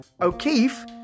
O'Keefe